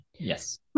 Yes